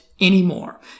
anymore